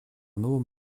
новом